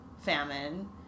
famine